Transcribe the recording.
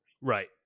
right